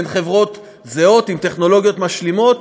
בין חברות זהות עם טכנולוגיות משלימות.